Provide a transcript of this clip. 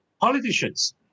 politicians